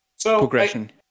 progression